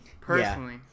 personally